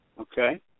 okay